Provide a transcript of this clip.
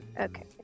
Okay